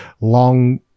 Long